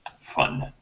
fun